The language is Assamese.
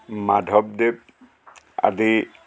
মাধৱদেৱ আদি